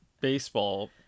baseball